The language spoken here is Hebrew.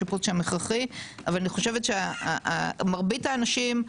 השיפוץ שם הכרחי אבל אני חושבת שמרבית האנשים,